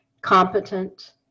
competent